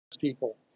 people